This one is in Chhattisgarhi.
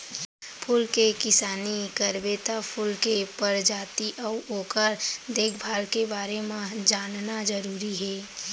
फूल के किसानी करबे त फूल के परजाति अउ ओकर देखभाल के बारे म जानना जरूरी हे